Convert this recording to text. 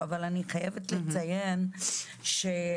אבל אני חייבת לציין שאחד